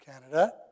Canada